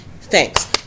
Thanks